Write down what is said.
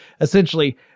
Essentially